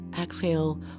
exhale